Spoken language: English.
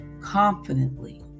confidently